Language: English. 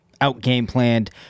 out-game-planned